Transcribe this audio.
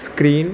screen